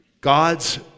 God's